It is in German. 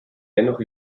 dennoch